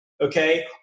okay